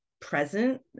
present